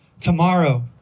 tomorrow